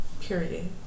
Period